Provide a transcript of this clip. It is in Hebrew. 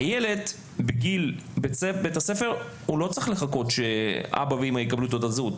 הילד בגיל בית הספר לא צריך לחכות שאבא ואמא יקבלו תעודת זהות.